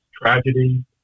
tragedy